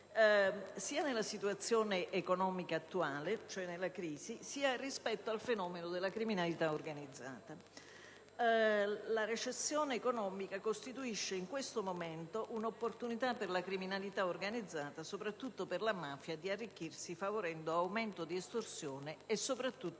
sia nella situazione economica attuale, cioè nella crisi, sia rispetto al fenomeno della criminalità organizzata. La recessione economica costituisce in questo momento un'opportunità per la criminalità organizzata, soprattutto per la mafia, di arricchirsi, favorendo aumento di estorsione e, soprattutto,